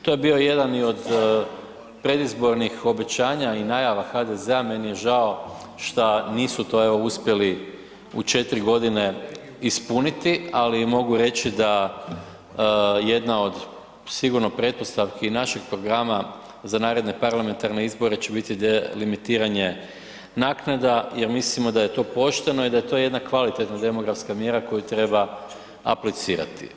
To je bio jedan i od predizbornih obećanja i najava HDZ-a, meni je žao šta nisu to evo uspjeli u 4 godine ispuniti, ali im mogu reći da jedna od sigurno pretpostavki i našeg programa za naredne parlamentarne izbore će biti delimitiranje naknada jer mislimo da je to pošteno i da je to jedna kvalitetna demografska mjera koju treba aplicirati.